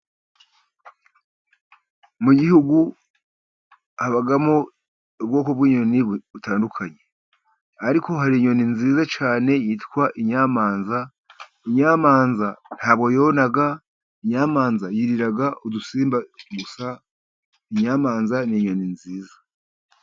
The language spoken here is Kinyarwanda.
Mu gihugu habamo ubwoko bw'inyoni butandukanye. Ariko hari inyoni nziza cyane yitwa inyamanza, inyamanza nta bwo yona, inyamanza yirira udusimba gusa, inyamanza ni inyoni nziza.